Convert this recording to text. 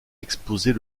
exposer